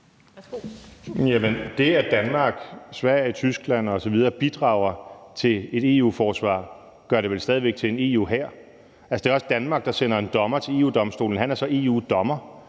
Det, at Danmark, Sverige, Tyskland osv. bidrager til et EU-forsvar, gør det vel stadig væk være en EU-hær. Det er også Danmark, der sender en dommer til EU-Domstolen, og han er så EU-dommer.